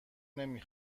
نمی